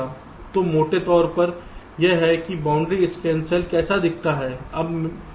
तो मोटे तौर पर यह है कि बाउंड्री स्कैन सेल कैसा दिखता है